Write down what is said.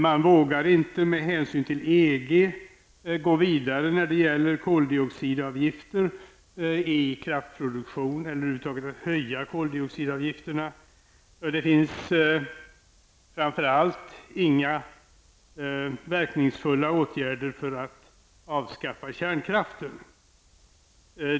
Man vågar inte av hänsyn till EG gå vidare med koldioxidavgifter för kraftproduktion eller att höja koldioxidavgifterna över huvud taget. Framför allt föreslås inga verkningsfulla åtgärder för att avskaffa kärnkraften.